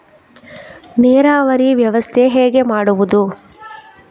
ನೀರಾವರಿ ವ್ಯವಸ್ಥೆ ಹೇಗೆ ಮಾಡುವುದು?